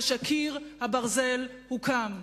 ושקיר הברזל הוקם.